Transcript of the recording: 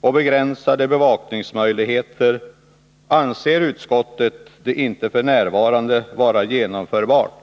och med tanke på att bevakningsmöjligheterna är begränsade anser utskottet att en förändring f.n. inte är genomförbar.